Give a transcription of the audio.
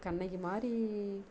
கண்ணகி மாதிரி